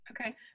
Okay